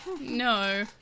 No